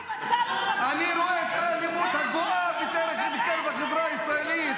------- אני רואה את האלימות הגואה בקרב החברה הישראלית,